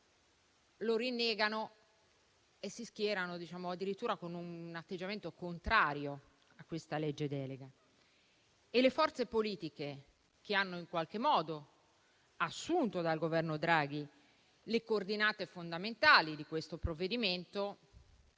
lo rinnegano e si schierano addirittura con un atteggiamento contrario a tale disegno di legge. Le forze politiche che hanno assunto dal Governo Draghi le coordinate fondamentali di questo provvedimento